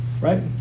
Right